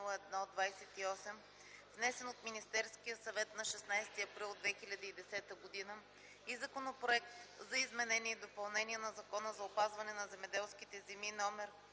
внесен от Министерския съвет на 16 април 2010 г., и Законопроект за изменение и допълнение на Закона за опазване на земеделските земи,